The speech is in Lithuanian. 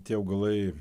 tie augalai